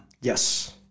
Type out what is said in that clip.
Yes